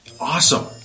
Awesome